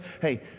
Hey